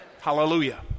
Hallelujah